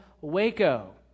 Waco